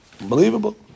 Unbelievable